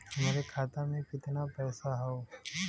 हमरे खाता में कितना पईसा हौ?